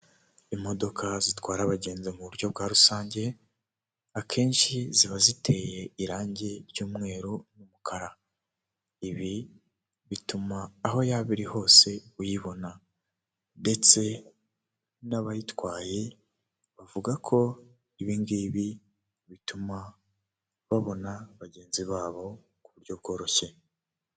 Ndabona ibicu by'umweru ndabona ahandi higanjemo ibara ry'ubururu bw'ikirere ndabona inkuta zubakishijwe amatafari ahiye ndabona ibiti binyuze muri izo nkuta ndabona imfungwa cyangwa se abagororwa nta misatsi bafite bambaye inkweto z'umuhondo ubururu n'umukara ndabona bafite ibikoresho by'ubuhinzi n'umusaruro ukomoka ku buhinzi nk'ibihaza ndabona bafite amasuka, ndabona iruhande rwabo hari icyobo.